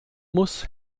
muss